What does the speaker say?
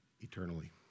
eternally